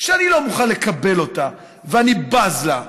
שאני לא מוכן לקבל אותה ואני בז לה,